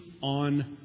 on